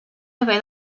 haver